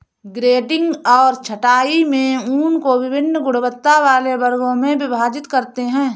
grading और छँटाई में ऊन को वभिन्न गुणवत्ता वाले वर्गों में विभाजित करते हैं